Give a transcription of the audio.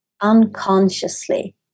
unconsciously